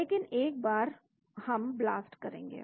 लेकिन एक बार हम ब्लास्ट करेंगे